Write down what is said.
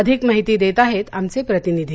अधिक माहिती देत आहेत आमचे प्रतिनिधी